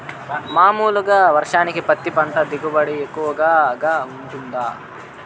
మామూలుగా వర్షానికి పత్తి పంట దిగుబడి ఎక్కువగా గా వుంటుందా?